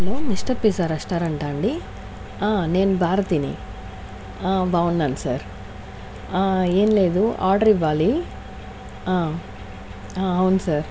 hello mister pizza రెస్టారెంటా అండి నేను భారతీని బాగున్నాన్ సార్ ఏం లేదు ఆర్డర్ ఇవ్వాలి అవును సార్